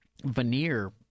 veneer